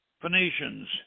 Phoenicians